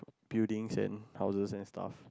buildings and houses and stuff